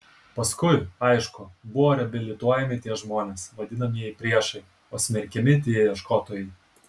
paskui aišku buvo reabilituojami tie žmonės vadinamieji priešai o smerkiami tie ieškotojai